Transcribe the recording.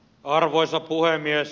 arvoisa puhemies